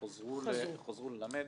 חזרו ללמד.